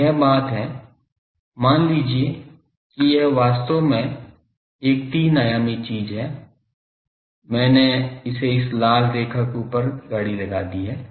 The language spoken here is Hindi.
तो यह बात है मान लीजिए कि यह बात वास्तव में एक तीन आयामी चीज है मैंने इस लाल रेखा के ऊपर गाड़ी लगा दी है